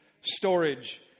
storage